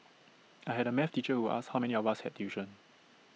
I had A math teacher who asked how many of us had tuition